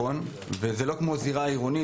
זה לא כמו זירה עירונית.